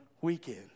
Weekend